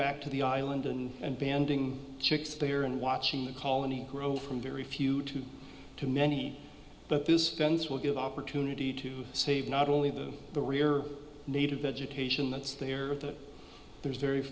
back to the island and banding chicks there and watching the colony grow from very few to too many but this fence will give opportunity to save not only the career native vegetation that's there that there's very